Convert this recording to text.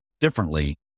differently